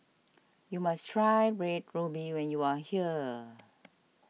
you must try Red Ruby when you are here